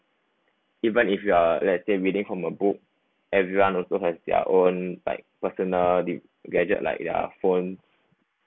even if you are let's say reading from a book everyone also has their own like personal the gadget like their phone